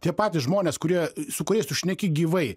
tie patys žmonės kurie su kuriais tu šneki gyvai